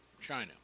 China